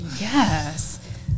Yes